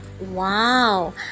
Wow